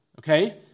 okay